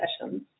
sessions